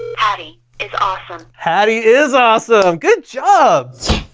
hattie is awesome. hattie is awesome. good job.